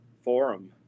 forum